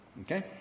Okay